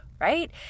right